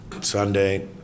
sunday